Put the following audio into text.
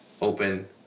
open